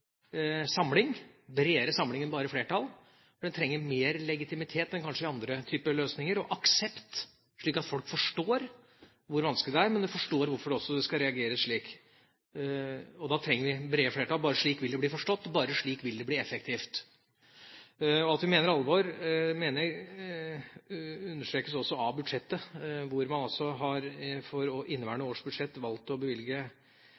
samling – bredere samling enn bare flertall. For den trenger mer legitimitet enn kanskje andre typer løsninger, og aksept slik at folk forstår hvor vanskelig det er og også forstår hvorfor det skal reageres slik. Da trenger vi brede flertall. Bare slik vil det bli forstått, og bare slik vil det bli effektivt. At vi mener alvor, understrekes også av budsjettet, hvor man altså for inneværende års budsjett har valgt å bevilge